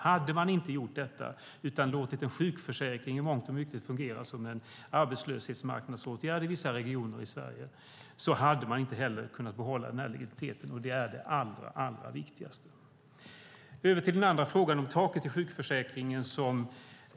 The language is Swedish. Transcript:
Hade man inte gjort detta utan låtit sjukförsäkringen i mångt och mycket fungera som en arbetsmarknadsåtgärd i vissa regioner i Sverige hade man inte heller kunnat behålla legitimiteten. Det är det allra viktigaste. Över till den andra frågan, om taket i sjukförsäkringen!